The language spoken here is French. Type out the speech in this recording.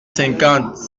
cinquante